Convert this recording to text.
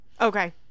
Okay